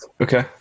Okay